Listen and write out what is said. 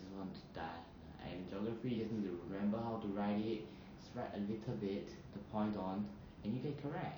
just want to die I in geography just need to remember how to write it just write a little bit to the point on and you get correct